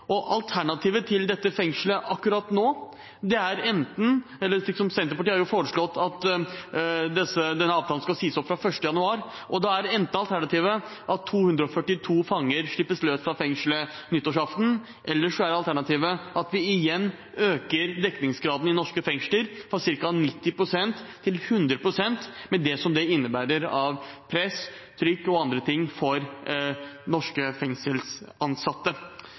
er alternativet enten at 242 fanger slippes løs fra fengselet nyttårsaften, eller at vi igjen øker dekningsgraden i norske fengsler fra ca. 90 pst. til 100 pst., med det det innebærer av press, frykt og andre ting for norske fengselsansatte.